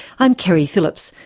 i'm keri phillips,